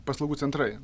paslaugų centrai